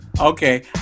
Okay